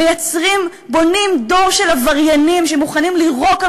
שבונים דור של עבריינים שמוכנים לירוק על